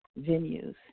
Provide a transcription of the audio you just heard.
venues